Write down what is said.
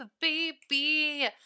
baby